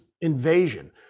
invasion